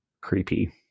creepy